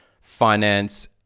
finance